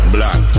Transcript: Black